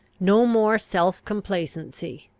no more self-complacency,